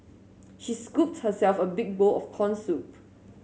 she scooped herself a big bowl of corn soup